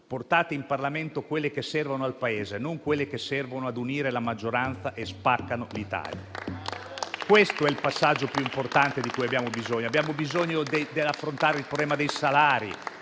portate in Parlamento quelle che servono al Paese, non quelle che servono a unire la maggioranza e spaccano l'Italia. Questo è il passaggio più importante: abbiamo bisogno di affrontare il problema dei salari,